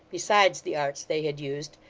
besides the arts they had used,